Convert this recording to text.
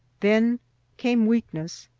then came weakness.